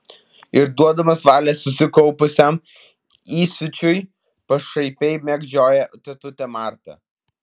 ir duodamas valią susikaupusiam įsiūčiui pašaipiai mėgdžioja tetutę martą